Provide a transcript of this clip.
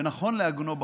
ונכון לעגנו בחוק.